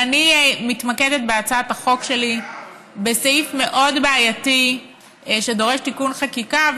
ואני מתמקדת בהצעת החוק שלי בסעיף מאוד בעייתי שדורש תיקון חקיקה,